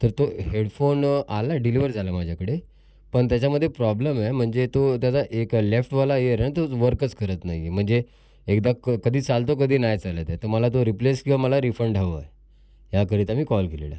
तर तो हेडफोन आला आहे डिलिव्हर झाला माझ्याकडे पण त्याच्यामध्ये प्रॉब्लेम आहे म्हणजे तो त्याचा एक लेफ्टवाला एअर आहे तो वर्कच करत नाही म्हणजे एकदा क कधी चालतो कधी नाही चालत आहे तर मला तो रिप्लेस किंवा मला रिफंड हवं याकरिता मी कॉल केलेला